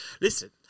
Listen